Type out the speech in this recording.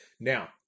Now